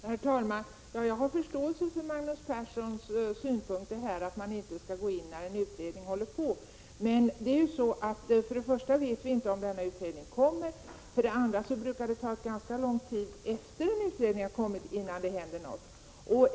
Herr talman! Jag har förståelse för Magnus Perssons synpunkter när det gäller att man inte skall vidta några åtgärder när en utredning pågår: Men för det första vet vi inte om denna utredning kommer med något förslag, och för det andra brukar det ta ganska lång tid innan det händer någonting efter det att en utredning är klar.